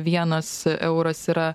vienas euras yra